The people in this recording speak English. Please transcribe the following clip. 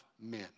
men